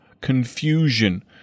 confusion